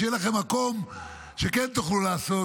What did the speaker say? שיהיה לכם מקום שכן תוכלו לעשות,